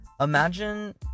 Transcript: imagine